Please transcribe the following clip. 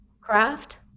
craft